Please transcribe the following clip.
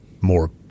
more